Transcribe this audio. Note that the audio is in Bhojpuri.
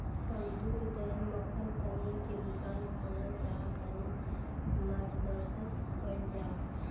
हम दूध दही मक्खन पनीर के दुकान खोलल चाहतानी ता मार्गदर्शन कइल जाव?